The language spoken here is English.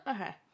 okay